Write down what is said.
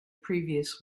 previous